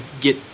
get